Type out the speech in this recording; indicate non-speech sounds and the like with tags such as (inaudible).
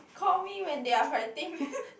call me when they are fighting (laughs)